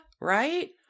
right